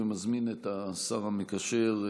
ומזמין את השר המקשר,